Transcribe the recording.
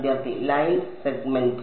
വിദ്യാർത്ഥി line segment